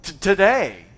today